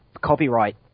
copyright